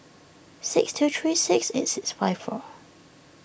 six two three six eight six five four